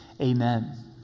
Amen